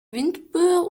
windböe